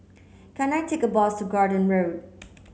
can I take a bus to Garden Road